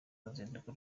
ruzinduko